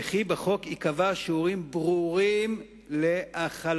וכי בחוק ייקבעו שיעורים ברורים להחלתו.